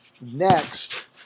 next